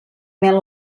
mel